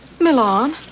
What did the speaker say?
Milan